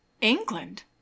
england